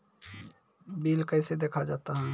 Bill कैसे देखा जाता हैं?